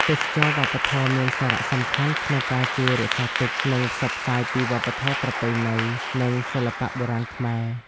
ទេសចរណ៍វប្បធម៌មានសារៈសំខាន់ក្នុងការជួយរក្សាទុក និងផ្សព្វផ្សាយពីវប្បធម៌ប្រពៃណី និងសិល្បៈបុរាណខ្មែរ។